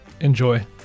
Enjoy